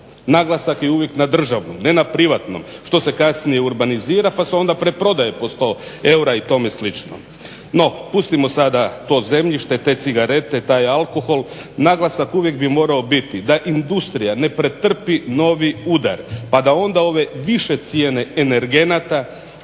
Naglasak je uvijek na državnom, ne na privatnom, što se kasnije urbanizira pa se onda preprodaje po 100 eura i tome slično. No pustimo sada to zemljište, te cigarete, taj alkohol. Naglasak uvijek bi morao biti da industrija ne pretrpi novi udar pa da onda ove više cijene energenata dva